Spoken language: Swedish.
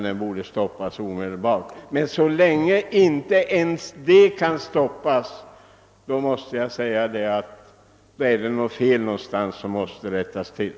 Den borde stoppas omedelbart. Så länge inte ens detta kan stoppas finns det ett fel någonstans som måste rättas till.